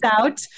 out